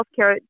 healthcare